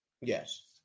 Yes